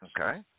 Okay